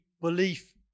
belief